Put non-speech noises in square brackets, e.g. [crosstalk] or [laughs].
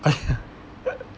[laughs]